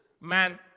man